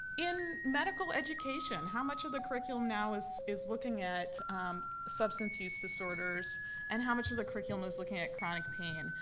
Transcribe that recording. in medical education, how much of the curriculum now is is looking at substance use disorders and how much of the curriculum is looking at chronic pain?